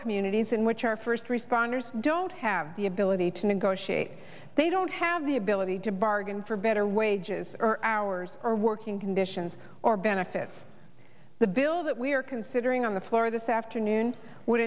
communities in which our first responders don't have the ability to negotiate they don't have the ability to bargain for better wages or hours or working conditions or benefits the bill that we are considering on the floor this afternoon would